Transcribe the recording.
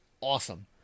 awesome